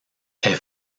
est